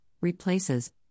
replaces